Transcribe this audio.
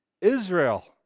israel